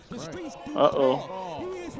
Uh-oh